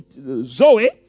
Zoe